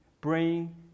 bring